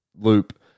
loop